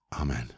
Amen